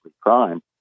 crime